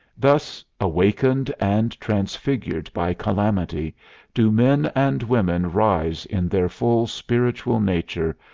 thus awakened and transfigured by calamity do men and women rise in their full spiritual nature,